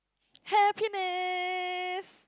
happiness